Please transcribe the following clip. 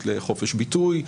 הזכות לחופש ביטוי,